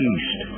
East